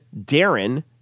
Darren